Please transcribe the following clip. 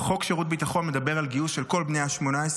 חוק שירות ביטחון מדבר על גיוס של כל בני 18,